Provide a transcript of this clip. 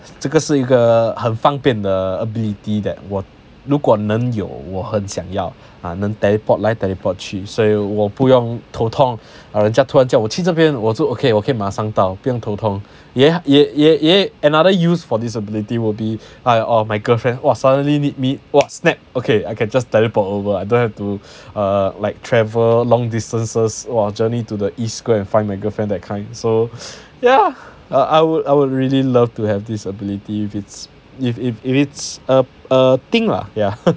这个是一个很方便的 ability that 我如果能有我很想要 ah 能 teleport 来 teleport 去所以我不用头痛 ah 人家突然叫我去这边我就 ok 我可以马上到不用头痛也也也也 another use for this ability will be I or my girlfriend !wah! suddenly need me !wah! snap okay I can just teleport over I don't have to uh like travel long distances !wah! journey to the east go and find my girlfriend that kind so yeah I would I would really love to have this ability if it's if if if it's a err thing lah yeah